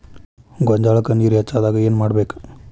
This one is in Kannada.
ಗೊಂಜಾಳಕ್ಕ ನೇರ ಹೆಚ್ಚಾದಾಗ ಏನ್ ಮಾಡಬೇಕ್?